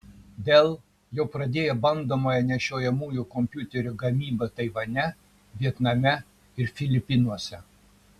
dell jau pradėjo bandomąją nešiojamųjų kompiuterių gamybą taivane vietname ir filipinuose